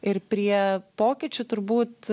ir prie pokyčių turbūt